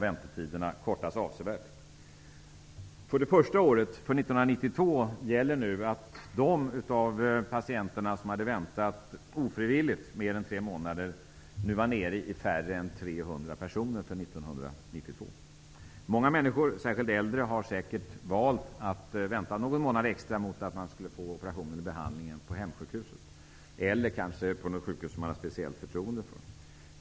För det första året, 1992, gäller nu att de patienter som ofrivilligt hade väntat mer än tre månader nu uppgick till färre än 300 personer. Många människor, särskilt äldre, har säkert valt att vänta någon månad extra för att få operationen eller behandlingen på hemsjukhuset eller på något sjukhus som de har speciellt förtroende för.